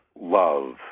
love